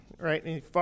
right